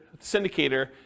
syndicator